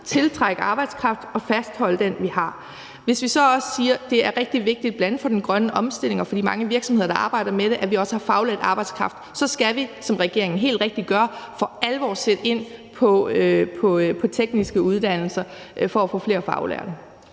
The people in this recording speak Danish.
tiltrække arbejdskraft og at fastholde den, vi har. Hvis vi så også siger, at det er rigtig vigtigt, bl.a. for den grønne omstilling og for de mange virksomheder, der arbejder med det, at vi også har faglært arbejdskraft, skal vi, som regeringen helt rigtigt gør, for alvor sætte ind på tekniske uddannelser for at få flere faglærte.